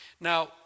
Now